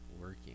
working